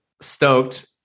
stoked